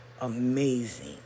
amazing